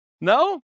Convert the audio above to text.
no